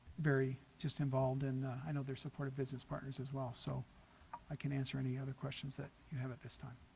very just involved and i know they're supportive business partners as well so i can answer any other questions that you have it this time